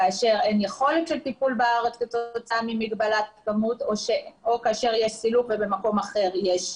כאשר אין יכולת של טיפול בארץ או כאשר יש סילוק ובמקום אחר יש